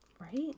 Right